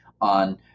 on